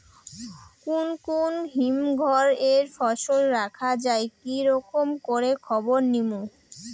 কুন কুন হিমঘর এ ফসল রাখা যায় কি রকম করে খবর নিমু?